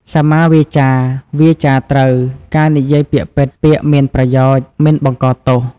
សម្មាវាចា វាចាត្រូវ ការនិយាយពាក្យពិត ពាក្យមានប្រយោជន៍ មិនបង្កទោស។